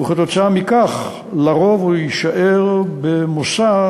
וכתוצאה מכך לרוב הוא יישאר במוסד,